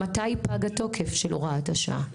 מתי פג התוקף של הוראת השעה.